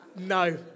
no